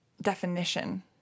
definition